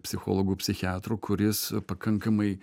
psichologų psichiatrų kuris pakankamai